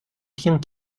tient